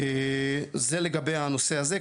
זה לגבי הנושא הזה.